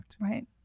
Right